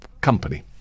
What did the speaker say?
company